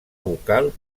bucal